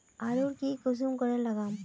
आलूर की किसम करे लागम?